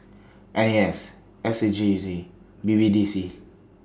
I S S A J C and B B D C